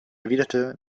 erwiderte